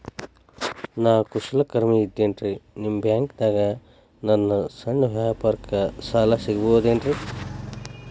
ನಾ ಕುಶಲಕರ್ಮಿ ಇದ್ದೇನ್ರಿ ನಿಮ್ಮ ಬ್ಯಾಂಕ್ ದಾಗ ನನ್ನ ಸಣ್ಣ ವ್ಯವಹಾರಕ್ಕ ಸಾಲ ಸಿಗಬಹುದೇನ್ರಿ?